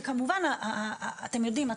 וכמובן אתם יודעים,